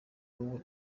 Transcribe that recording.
wowe